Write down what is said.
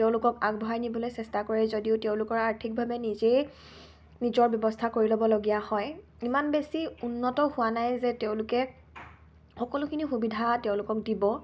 তেওঁলোকক আগবঢ়াই নিবলৈ চেষ্টা কৰে যদিও তেওঁলোকৰ আৰ্থিকভাৱে নিজেই নিজৰ ব্যৱস্থা কৰি ল'বলগীয়া হয় ইমান বেছি উন্নত হোৱা নাই যে তেওঁলোকে সকলোখিনি সুবিধা তেওঁলোকক দিব